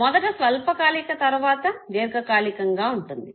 మొదట స్వల్పకాలిక తరువాత దీర్ఘ కాలికంగా ఉంటుంది